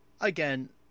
Again